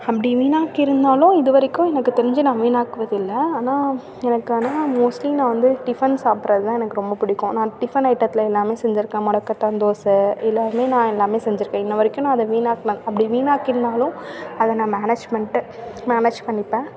அப்படி வீணாக்கி இருந்தாலும் இது வரைக்கும் எனக்கு தெரிஞ்சு நான் வீணாக்குவது இல்லை ஆனால் எனக்கு ஆனால் மோஸ்ட்லி நான் வந்து டிஃபன் சாப்பிறது தான் எனக்கு ரொம்ப பிடிக்கும் நான் டிஃபன் ஐட்டத்தில் எல்லாமே செஞ்சிருக்கேன் முடக்கத்தான் தோசை எல்லாருமே நான் எல்லாமே செஞ்சிருக்கேன் இன்ன வரைக்கும் நான் அதை வீணாக்கினா அப்படி வீணாக்கி இருந்தாலும் அதை நான் மேனேஜ் பண்ணிட்டு மேனேஜ் பண்ணிப்பேன்